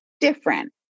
different